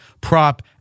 prop